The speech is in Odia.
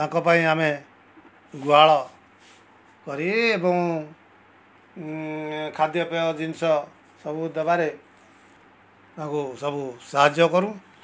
ତାଙ୍କପାଇଁ ଆମେ ଗୁହାଳ କରି ଏବଂ ଖାଦ୍ୟପେୟ ଜିନିଷ ସବୁ ଦେବାରେ ତାଙ୍କୁ ସବୁ ସାହାଯ୍ୟ କରୁ